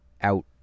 Out